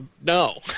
no